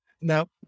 now